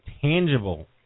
tangible